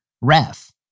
ref